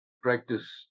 practice